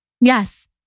Yes